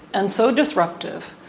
and so disruptive,